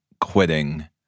quitting